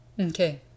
Okay